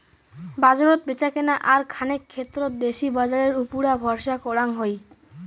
বাজারত ব্যাচাকেনা আর খানেক ক্ষেত্রত দেশি বাজারের উপুরা ভরসা করাং হই